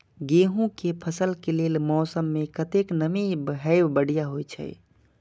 गेंहू के फसल के लेल मौसम में कतेक नमी हैब बढ़िया होए छै?